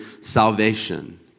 salvation